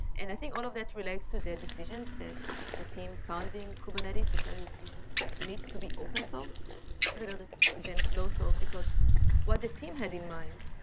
and i think all of that relates to the decisions that the team founding kubernetes decided this needs to be open-sourced rather than closed-sourced, because what the team had in mind,